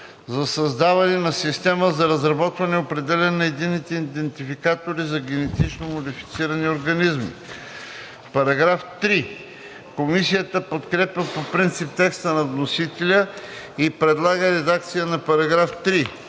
за създаване на система за разработване и определяне на единните идентификатори за генетично модифицирани организми.“ Комисията подкрепя по принцип текста на вносителя и предлага следната редакция на § 3: „§ 3.